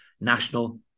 national